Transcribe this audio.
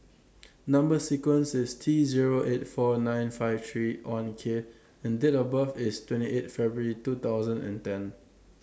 Number sequence IS T Zero eight four nine five three one K and Date of birth IS twenty eight February two thousand and ten